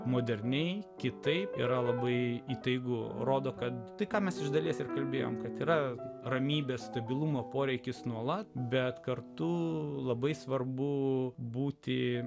moderniai kitaip yra labai įtaigu rodo kad tai ką mes iš dalies ir kalbėjome kad yra ramybės stabilumo poreikis nuolat bet kartu labai svarbu būti